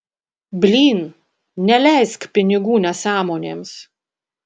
blyn neleisk pinigų nesąmonėms